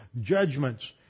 judgments